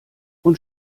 und